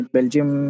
Belgium